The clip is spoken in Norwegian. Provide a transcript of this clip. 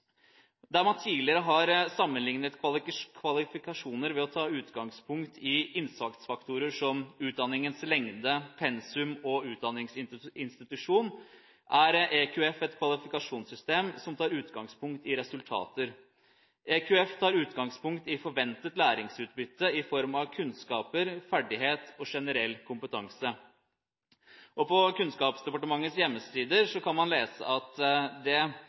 Der man tidligere har sammenlignet kvalifikasjoner ved å ta utgangspunkt i innsatsfaktorer som utdanningens lengde, pensum og utdanningsinstitusjon, er EQF et kvalifikasjonssystem som tar utgangspunkt i resultater. EQF tar utgangspunkt i forventet læringsutbytte i form av kunnskaper, ferdigheter og generell kompetanse. På Kunnskapsdepartementets hjemmesider kan man lese at EQF er «en beskrivelse av hva man kan forvente at alle personer på det